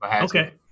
Okay